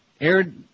aired